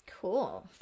Cool